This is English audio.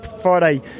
Friday